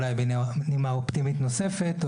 אולי בנימה אופטימית נוספת,